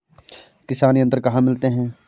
किसान यंत्र कहाँ मिलते हैं?